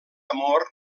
amor